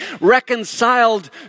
reconciled